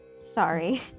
sorry